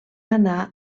anar